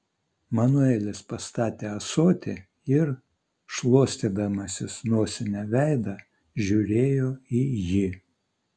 manuelis pastatė ąsotį ir šluostydamasis nosine veidą žiūrėjo į jį